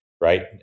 right